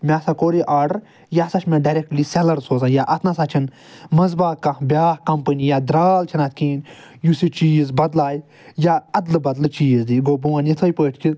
مےٚ ہَسا کوٚر یہِ آرڈَر یہِ ہَسا چھُ مےٚ ڈایریٚکٹٕلی سیٚلَر سوزان یا اَتھ نَہ سا چھُنہٕ مَنٛزباگ کانٛہہ بیٛاکھ کمپنی یا درٛال چھُنہٕ اَتھ کِہیٖنۍ یُس یہِ چیٖز بَدلایہِ یا اَدلہٕ بَدَلہٕ چیٖز دی گوٚو بہٕ وَنہٕ یِتھٔے پٲٹھۍ کہِ